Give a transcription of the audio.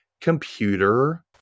Computer